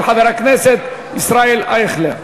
של חבר הכנסת ישראל אייכלר.